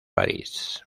parís